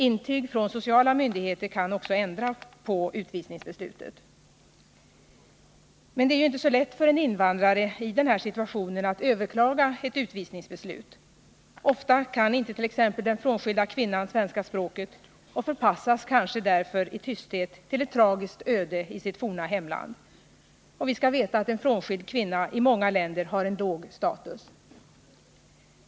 Intyg från sociala myndigheter kan också ändra på utvisningsbeslutet. Men det är ju inte så lätt för en invandrare i den här situationen att överklaga ett utvisningsbeslut. Ofta kan inte t.ex. den frånskilda kvinnan svenska språket och förpassas kanske därför i tysthet till ett tragiskt öde i sitt forna hemland. Vi skall veta att en frånskild kvinna i många länder har en låg status.